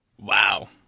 Wow